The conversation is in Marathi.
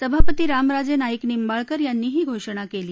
सभापती रामराजे नाईक निंबाळकर यांनी ही घोषणा केली